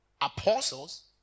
Apostles